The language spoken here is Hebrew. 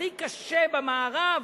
הכי קשה במערב,